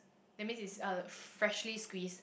that's means it's uh freshly squeezed